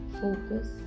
focus